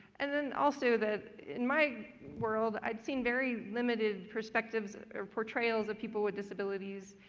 and then also, that in my world, i've seen very limited perspectives or portrayals of people with disabilities.